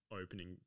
opening